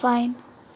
pine